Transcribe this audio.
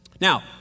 Now